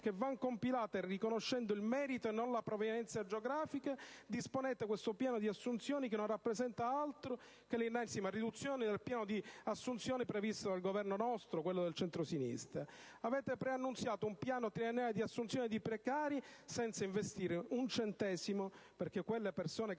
che vanno compilate riconoscendo il merito e non la provenienza geografica, disponete questo piano di assunzioni che non rappresenta altro che l'ennesima riduzione del piano di assunzioni previsto dal precedente Governo, quello del centrosinistra. Avete preannunziato un piano triennale di assunzioni di precari senza investire un centesimo, perché quelle persone che